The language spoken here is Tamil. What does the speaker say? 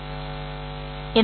சரி